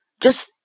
Just